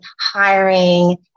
hiring